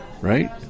right